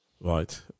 Right